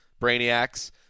Brainiacs